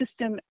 system